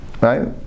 right